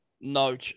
No